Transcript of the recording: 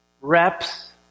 Reps